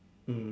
mm